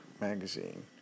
magazine